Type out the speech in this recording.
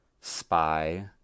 spy